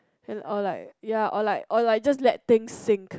and all like or like or like just let thing sink